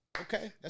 Okay